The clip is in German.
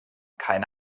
keine